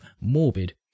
morbid